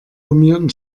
gummierten